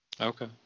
okay